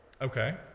Okay